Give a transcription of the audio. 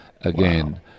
again